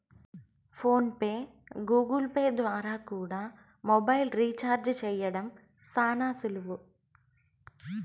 phone pay, Google Pay ద్వారా కూడా mobile recharge చేయడం శానా సులువు